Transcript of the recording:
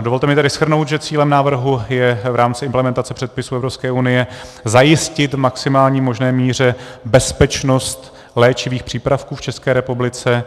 Dovolte mi tedy shrnout, že cílem návrhu je v rámci implementace předpisu Evropské unie zajistit v maximální možné míře bezpečnost léčivých přípravků v České republice,